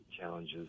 challenges